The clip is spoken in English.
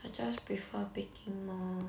I just prefer picking more